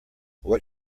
what